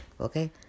Okay